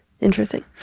Interesting